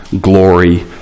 glory